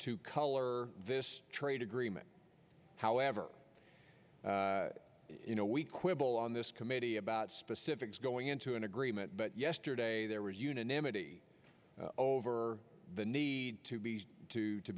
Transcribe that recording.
to color this trade agreement however you know we quibble on this committee about specifics going into an agreement but yesterday there was unanimity over the need to be to